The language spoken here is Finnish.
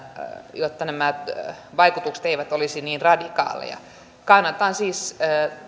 jotta nämä vaikutukset eivät olisi niin radikaaleja kannatan siis